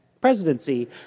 presidency